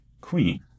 Queen